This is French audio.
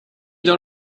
dans